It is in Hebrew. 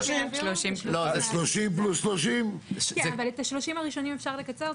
אבל את השלושים הראשונים אפשר לקצר.